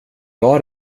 var